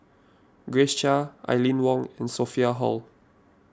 Grace Chia Aline Wong and Sophia Hull